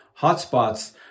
hotspots